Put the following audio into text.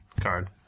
card